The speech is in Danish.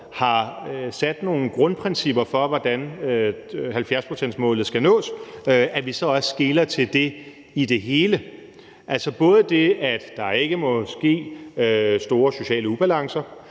har sat nogle grundprincipper for, hvordan 70-procentsmålet skal nås, så også skeler til det i det hele, altså både det, at der ikke må komme store sociale ubalancer